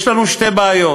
יש לנו שתי בעיות.